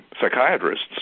psychiatrists